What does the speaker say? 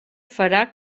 farà